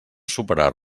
superar